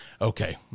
okay